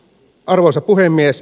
arvoisa puhemies